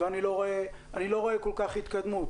ואני לא רואה כל כך התקדמות,